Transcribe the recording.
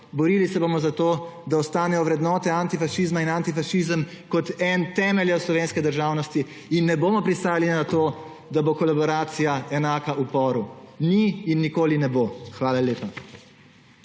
borili se bomo, da ostanejo vrednote antifašizma in antifašizem kot eden od temeljev slovenske državnosti, in ne bomo pristajali na to, da bo kolaboracija enaka uporu. Ni in nikoli ne bo. Hvala lepa.